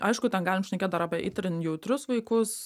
aišku ten galim šnekėt dar apie itrin jautrius vaikus